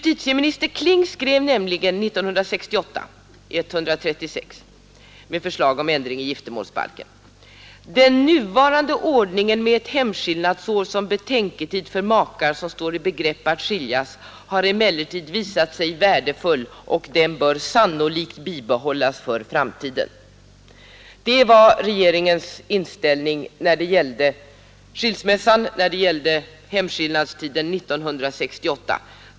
Justitieminister Kling skrev nämligen 1968 i propositionen 136 med förslag om ändring i giftermålsbalken: ”Den nuvarande ordningen med ett hemskillnadsår som betänketid för makar som står i begrepp att skiljas har emellertid visat sig värdefull och den bör sannolikt bibehållas för framtiden.” Det var regeringens inställning när det gällde skilsmässa och hemskillnadstid 1968.